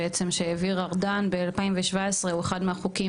שהעביר ארדן ב-2017 הוא אחד מהחוקים